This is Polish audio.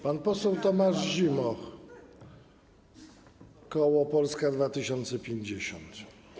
Pan poseł Tomasz Zimoch, koło Polska 2050.